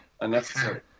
unnecessary